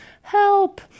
help